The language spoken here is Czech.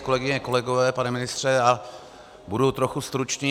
Kolegyně, kolegové, pane ministře, budu trochu stručný.